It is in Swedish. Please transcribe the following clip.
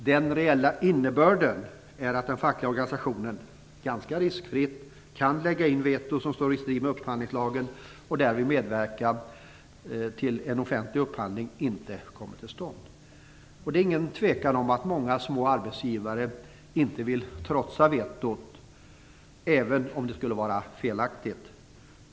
Den reella innebörden är att den fackliga organisationen, ganska riskfritt, kan lägga in veto som står i strid med upphandlingslagen och därvid medverka till att en offentlig upphandling inte kommer till stånd. Det är inget tvivel om att många små arbetsgivare inte vill trotsa vetot, även om det skulle vara felaktigt.